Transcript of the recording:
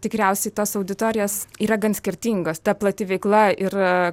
tikriausiai tos auditorijas yra gan skirtingos ta plati veikla ir